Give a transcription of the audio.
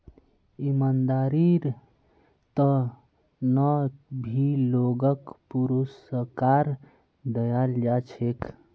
ईमानदारीर त न भी लोगक पुरुस्कार दयाल जा छेक